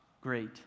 great